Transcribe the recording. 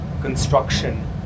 construction